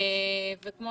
כמו